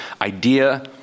idea